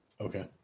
Okay